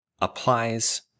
applies